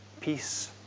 peace